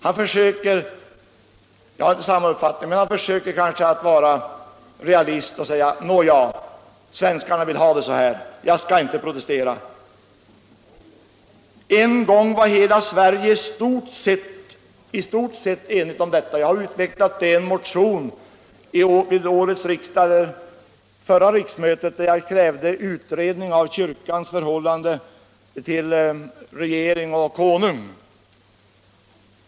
Han försöker kanske — jag har inte samma uppfattning — att vara realist och säger: Nåja, svenskarna vill ha det så här, jag skall inte protestera. En gång var hela Sverige i stort sett enigt om detta. Jag har utvecklat det i en motion till förra årets riksmöte, i vilken jag krävde utredning av kyrkans förhållande till regering och konung.